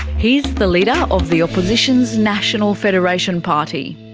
he's the leader of the opposition's national federation party.